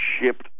shipped